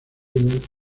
del